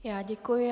Já děkuji.